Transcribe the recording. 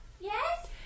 Yes